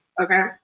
okay